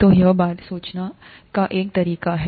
तो यहबारे में सोचने का एक तरीका इसके है